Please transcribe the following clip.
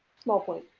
small point.